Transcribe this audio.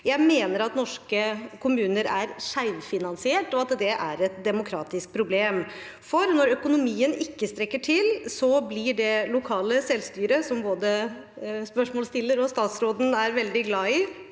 Jeg mener at norske kommuner er skjevfinansiert, og at det er et demokratisk problem, for når økonomien ikke strekker til, blir det lokale selvstyret – som både spørsmålsstilleren og statsråden er veldig glad i